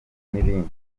n’ibindi